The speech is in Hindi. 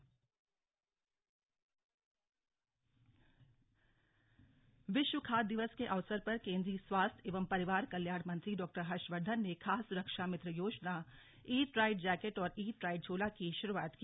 विश्व खाद्य दिवस विश्व खाद्य दिवस के अवसर पर केंद्रीय स्वास्थ्य एवं परिवार कल्याण मंत्री डॉ हर्षवर्धन ने खाद्य सुरक्षा मित्र योजना ईट राइट जैकेट और ईट राइट झोला की शुरुआत की